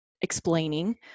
explaining